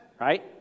Right